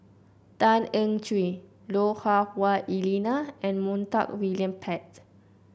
Tan Eng Joo Lui Hah Wah Elena and Montague William Pett